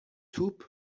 توپ